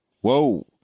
Whoa